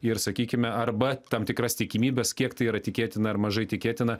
ir sakykime arba tam tikras tikimybes kiek tai yra tikėtina ar mažai tikėtina